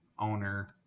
owner